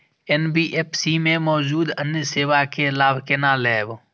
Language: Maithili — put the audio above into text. एन.बी.एफ.सी में मौजूद अन्य सेवा के लाभ केना लैब?